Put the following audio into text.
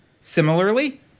Similarly